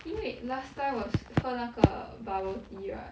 因为 last time 我是喝那个 bubble tea right